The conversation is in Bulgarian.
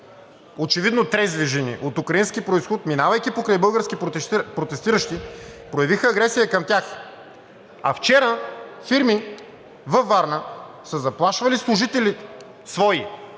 очевидно трезви жени от украински произход, минавайки покрай български протестиращи, проявиха агресия към тях. А вчера фирми във Варна са заплашвали служители – свои